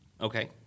okay